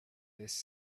this